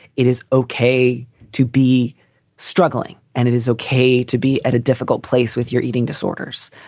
it is okay to be struggling and it is okay to be at a difficult place with your eating disorders.